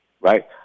Right